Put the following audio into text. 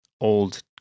old